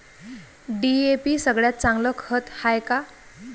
DAP सगळ्यात चांगलं खत हाये का?